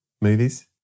movies